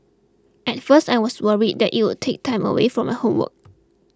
at first I was worried that it would take time away from her homework